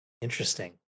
Interesting